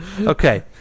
Okay